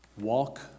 Walk